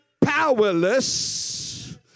powerless